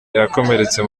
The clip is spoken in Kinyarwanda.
yakomeretse